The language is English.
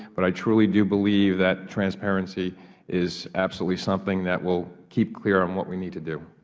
but i truly do believe that transparency is absolutely something that will keep clear on what we need to do.